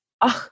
ach